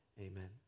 amen